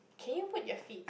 can you put your feet